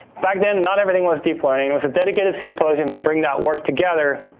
back then, not everything was deep learning. it was a dedicated symposium to bring that work together,